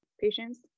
patients